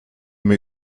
mir